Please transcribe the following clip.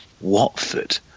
Watford